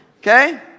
okay